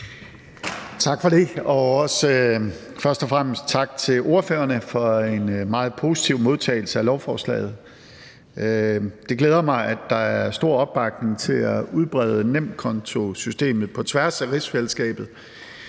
Tak for det. Først og fremmest også tak til ordførerne for en meget positiv modtagelse af lovforslaget. Det glæder mig, at der er stor opbakning til at udbrede nemkontosystemet på tværs af rigsfællesskabet,